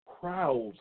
crowds